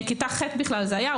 כיתה ח' בכלל זה היה,